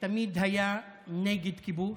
שתמיד היה נגד כיבוש,